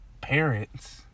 parents